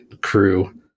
crew